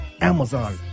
Amazon